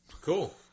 Cool